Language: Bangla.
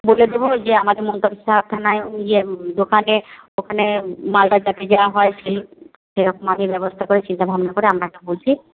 বলে দেব যে আমাদের মন্তেশ্বরে ইয়ে দোকানে ওখানে মালটা যাতে দেওয়া হয় সেরকম আমি ব্যবস্থা করে চিন্তাভাবনা করে আপনাকে বলছি